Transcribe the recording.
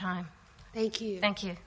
time thank you thank you